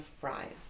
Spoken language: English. fries